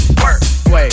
Work